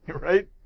Right